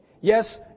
Yes